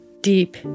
deep